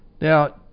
Now